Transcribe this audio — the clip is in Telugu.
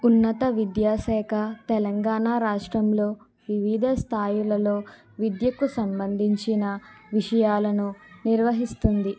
ఉన్నత విద్యా శాఖ తెలంగాణ రాష్ట్రంలో వివిధ స్థాయిలలో విద్యకు సంబంధించిన విషయాలను నిర్వహిస్తుంది